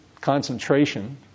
concentration